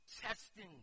testing